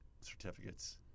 certificates